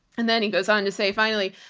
and then he goes on to say finally,